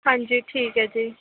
ਹਾਂਜੀ ਠੀਕ ਹੈ ਜੀ